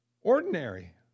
ordinary